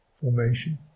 formation